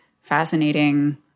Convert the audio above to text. fascinating